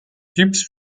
typs